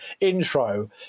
intro